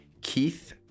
Keith